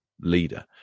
leader